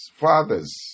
Fathers